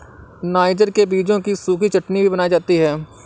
niger के बीजों की सूखी चटनी भी बनाई जाती है